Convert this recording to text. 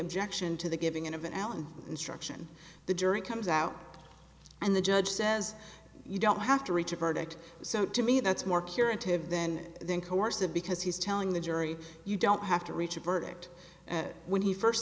objection to the giving in of an allen instruction the jury comes out and the judge says you don't have to reach a verdict so to me that's more curative then then coercive because he's telling the jury you don't have to reach a verdict when he first